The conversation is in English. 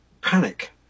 panic